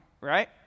right